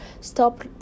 stop